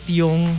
yung